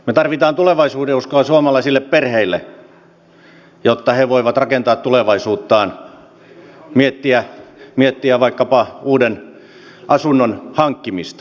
me tarvitsemme tulevaisuudenuskoa suomalaisille perheille jotta he voivat rakentaa tulevaisuuttaan miettiä vaikkapa uuden asunnon hankkimista